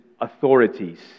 authorities